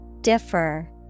Differ